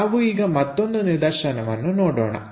ನಾವು ಈಗ ಮತ್ತೊಂದು ನಿದರ್ಶನವನ್ನು ನೋಡೋಣ